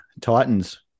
Titans